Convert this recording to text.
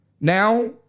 Now